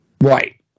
Right